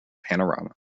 panorama